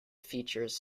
features